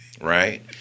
right